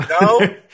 no